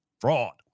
fraud